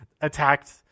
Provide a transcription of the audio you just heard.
attacked